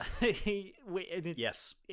Yes